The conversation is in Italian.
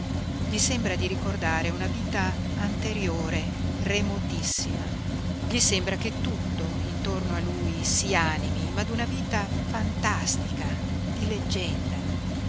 gli sembra di ricordare una vita anteriore remotissima gli sembra che tutto intorno a lui si animi ma d'una vita fantastica di leggenda